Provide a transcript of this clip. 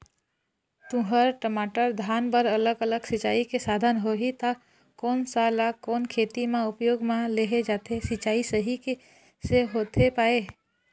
तुंहर, टमाटर, धान बर अलग अलग सिचाई के साधन होही ता कोन सा ला कोन खेती मा उपयोग मा लेहे जाथे, सिचाई सही से होथे पाए?